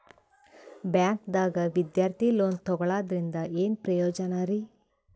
ಬ್ಯಾಂಕ್ದಾಗ ವಿದ್ಯಾರ್ಥಿ ಲೋನ್ ತೊಗೊಳದ್ರಿಂದ ಏನ್ ಪ್ರಯೋಜನ ರಿ?